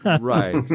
Right